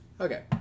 Okay